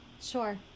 Sure